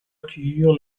accueillir